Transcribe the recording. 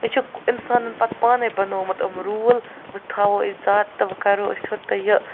أسۍ چھِ اِنسانن پتہٕ پانَے بنوومُت یِم روٗل وۅنۍ تھاوَِو أسۍ ذات تہٕ وۅنۍ کَرو أسۍ ہُہ تہٕ یہِ